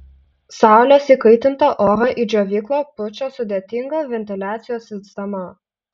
saulės įkaitintą orą į džiovyklą pučia sudėtinga ventiliacijos sistema